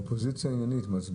האופוזיציה עניינית.